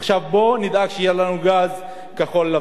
עכשיו בוא נדאג שיהיה לנו גז כחול-לבן.